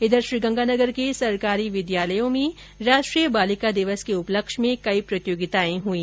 इधर श्रीगंगानगर के सरकारी विद्यालयों में राष्ट्रीय बालिका दिवस के उपलक्ष में कई प्रतियोगिताएं आयोजित की गई